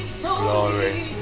glory